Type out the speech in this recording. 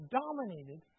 dominated